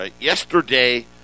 Yesterday